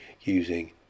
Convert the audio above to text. using